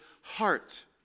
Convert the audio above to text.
heart